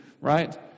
right